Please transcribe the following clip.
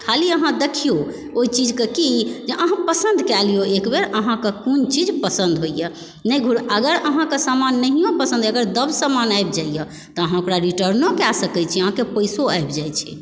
खाली अहाँ देखियौ ओइ चीजके की अहाँ पसन्द कए लियौ एक बेर अहाँके कोन चीज पसन्द होइए अगर अहाँके सामान नहियो पसन्द यऽ अगर दब सामान आबि जाइए तऽ अहाँ ओकरा रिटर्नो कए सकै छी अहाँके पैसो आबि जाइ छै